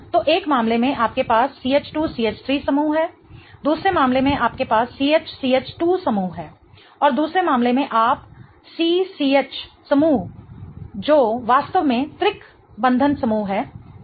तो एक मामले में आपके पास CH2CH3 समूह है दूसरे मामले में आपके पास CHCH2 समूह है और दूसरे मामले में आप CCH समूह जो वास्तव में त्रिक बंधन समूह है सही है